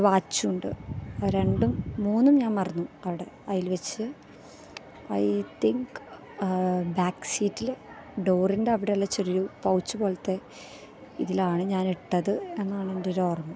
വാച്ചുണ്ട് രണ്ടും മൂന്നും ഞാൻ മറന്നു അവിടെ അതില് വെച്ച് ഐ തിങ്ക് ബാക്ക് സീറ്റില് ഡോറിൻ്റെ അവിടെയുള്ള ചെറിയ ഒരു പൌച്ച് പോലത്തെ ഇതിലാണ് ഞാൻ ഇട്ടത് എന്നാണ് എൻ്റെ ഓരോർമ